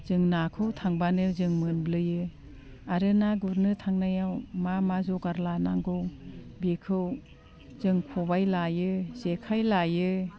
जों नाखौ थांब्लाबो जों मोनबोयो आरो ना गुरनो थांनायाव मा मा जगार लानांगौ बेखौ जों खबाइ लायो जेखाइ लायो